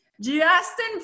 Justin